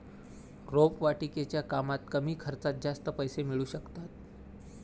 रोपवाटिकेच्या कामात कमी खर्चात जास्त पैसे मिळू शकतात